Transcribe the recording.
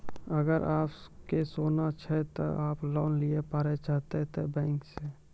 अगर आप के सोना छै ते आप लोन लिए पारे चाहते हैं बैंक से?